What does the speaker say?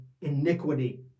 iniquity